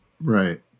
right